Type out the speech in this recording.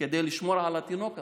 כדי לשמור על התינוק הזה.